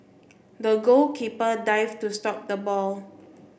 the goalkeeper dived to stop the ball